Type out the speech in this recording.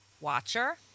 Watcher